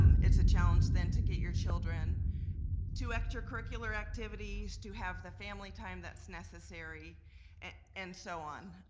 um it's a challenge then to get your children to extracurricular activities, to have the family time that's necessary and so on.